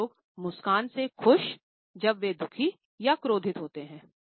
जब लोग मुस्कान से खुश जब वे दुखी या क्रोधित होते हैं